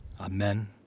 amen